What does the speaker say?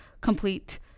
complete